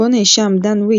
בו נאשם דן וויט,